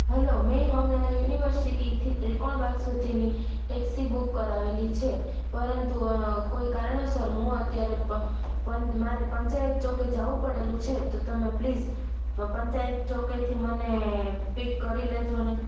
hello મેં હમણા યુનિવર્સિટીથી ત્રિકોણબાગ સુધીની ટેક્સી બુક કરાવેલી છે પરંતુ કોઈ કારણોસર હું અત્યારે પણ મારે પંચાયત ચોકે જાવું પડેલું છે તો તમે પ્લીઝ પંચાયત ચોકથી મને પીક કરી લેજોને